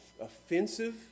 offensive